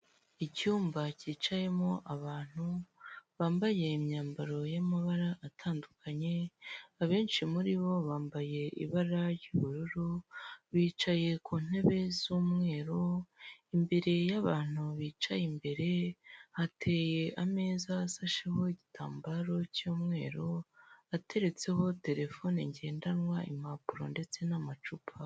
Icyumba cyicayemo abantu bambaye imyambaro y'amabara atandukanye, abenshi muri bo bambaye ibara ry'ubururu bicaye ku ntebe z'umweru, imbere y'abantu bicaye imbere, hateye ameza asasheho igitambaro cy'umweru ateretseho terefone ngendanwa impapuro ndetse n'amacupa.